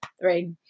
three